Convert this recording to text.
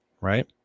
right